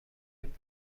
بتونه